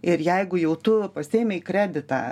ir jeigu jau tu pasiėmei kreditą